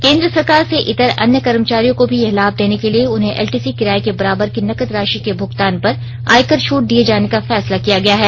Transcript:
केंद्र सरकार से इतर अन्य कर्मचारियों को भी यह लाभ देने के लिए उन्हे एलटीसी किराये के बराबर की नकद राशि के भुगतान पर आयकर छूट दिए जाने का फैसला किया गया है